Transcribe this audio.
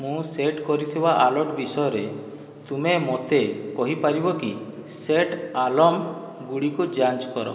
ମୁଁ ସେଟ୍ କରିଥିବା ଆଲର୍ଟ ବିଷୟରେ ତୁମେ ମୋତେ କହିପାରିବ କି ସେଟ୍ ଆଲର୍ମ ଗୁଡ଼ିକୁ ଯାଞ୍ଚ୍ କର